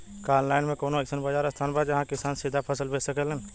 का आनलाइन मे कौनो अइसन बाजार स्थान बा जहाँ किसान सीधा फसल बेच सकेलन?